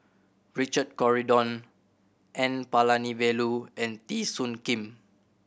Richard Corridon N Palanivelu and Teo Soon Kim